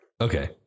Okay